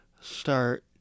start